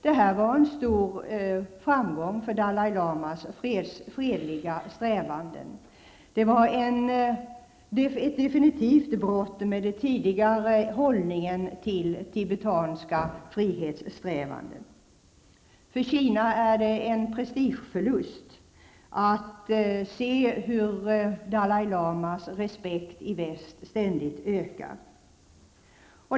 Detta var en stor framgång för Dalai Lamas fredliga strävanden. Det var ett definitivt brott med den tidigare hållningen till tibetanska frihetssträvanden. För Kina är det en prestigeförlust att se hur Dalai Lamas respekt i väst ständigt ökar.